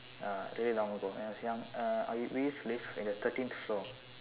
uh really long ago when I was young uh we used to live in the thirteenth floor